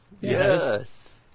Yes